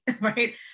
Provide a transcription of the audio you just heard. right